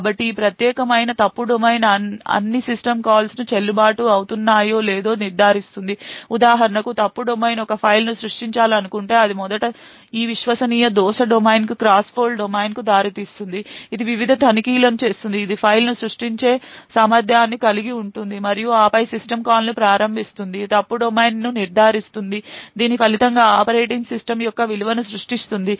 కాబట్టి ఈ ప్రత్యేకమైన ఫాల్ట్ డొమైన్ అన్ని సిస్టమ్ కాల్స్ చెల్లుబాటు అవుతున్నాయో లేదో నిర్ధారిస్తుంది ఉదాహరణకు ఫాల్ట్ డొమైన్ ఒక ఫైల్ను సృష్టించాలనుకుంటే అది మొదట ఈ విశ్వసనీయ ఫాల్ట్ డొమైన్కు క్రాస్ Fault domainకు దారి తీస్తుంది ఇది వివిధ తనిఖీలను చేస్తుంది ఇది ఫైల్ను సృష్టించే సామర్ధ్యాన్ని కలిగి ఉండి మరియు ఆపై సిస్టమ్ కాల్ను ప్రారంభిస్తుంది ఫాల్ట్ డొమైన్ను నిర్ధారిస్తుంది దీని ఫలితంగా ఆపరేటింగ్ సిస్టమ్ యొక్క విలువను సృష్టిస్తుంది